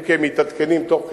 אם כי הם מתעדכנים תוך כדי,